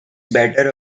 better